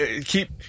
Keep